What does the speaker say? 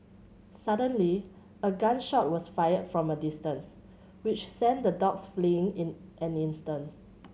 suddenly a gun shot was fired from a distance which sent the dogs fleeing in an instant